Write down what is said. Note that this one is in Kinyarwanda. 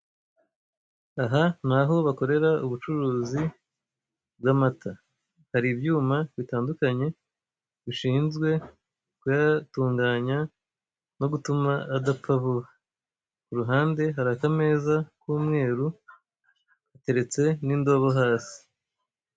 Aha ni aho bakorera ubucuruzi bw'amata. Hari ibyuma bitandukanye bishinzwe kuyatunganya no gutuma adapfa vuba, ku ruhande hari akameza k'umweru hateretse n'indobo hasi.